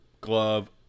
glove